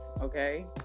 Okay